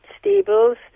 stables